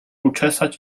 uczesać